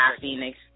Phoenix